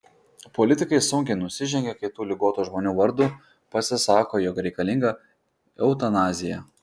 politikai sunkiai nusižengia kai tų ligotų žmonių vardu pasisako jog reikalinga eutanazija